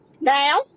Now